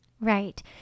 Right